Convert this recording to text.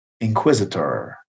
inquisitor